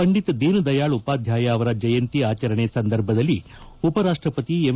ಪಂಡಿತ್ ದೀನ್ದಯಾಳ್ ಉಪಾಧ್ಯಾಯ ಅವರ ಜಯಂತಿ ಆಚರಣೆ ಸಂದರ್ಭದಲ್ಲಿ ಉಪರಾಪ್ಲಪತಿ ಎಂ